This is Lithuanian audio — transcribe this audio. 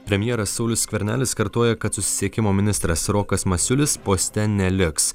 premjeras saulius skvernelis kartoja kad susisiekimo ministras rokas masiulis poste neliks